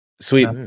Sweet